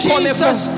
Jesus